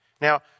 Now